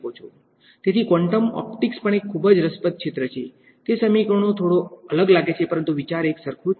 તેથી quantum optics પણ એક ખૂબ જ રસપ્રદ ક્ષેત્ર છે તે સમીકરણો થોડો અલગ લાગે છે પરંતુ વિચાર એકસરખો છે